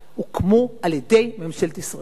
הוקמו על-ידי ממשלת ישראל.